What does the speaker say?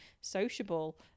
sociable